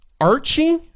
Archie